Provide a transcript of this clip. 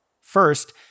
First